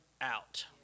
out